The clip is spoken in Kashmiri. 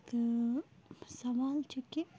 سوال چھُ کہِ